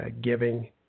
giving